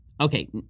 Okay